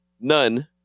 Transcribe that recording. none